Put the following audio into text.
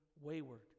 wayward